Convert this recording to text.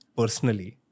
personally